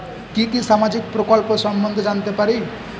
কি কি সামাজিক প্রকল্প সম্বন্ধে জানাতে পারি?